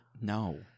No